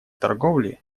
торговли